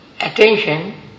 attention